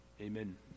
Amen